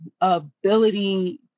ability